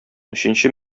өченче